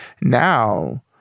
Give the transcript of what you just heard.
Now